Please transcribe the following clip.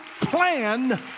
plan